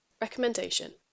Recommendation